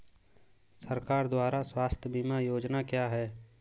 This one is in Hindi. सरकार द्वारा स्वास्थ्य बीमा योजनाएं क्या हैं?